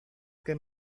que